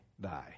die